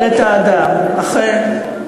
את האדם, אכן.